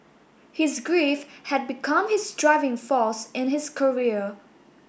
his grief had become his driving force in his career